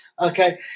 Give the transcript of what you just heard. Okay